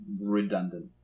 redundant